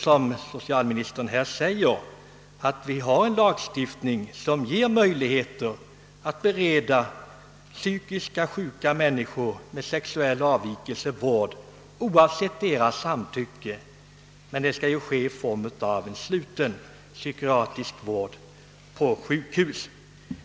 Som socialministern framhållit har vi en lagstiftning som ger möjligheter att bereda vård åt psykiskt sjuka människor med sexuella avvikelser, oavsett deras samtycke, Men detta skall ske i form av sluten psykiatrisk vård, d.v.s. vård på sjukhus.